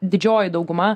didžioji dauguma